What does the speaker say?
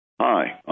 Hi